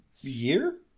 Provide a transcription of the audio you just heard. Year